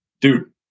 Dude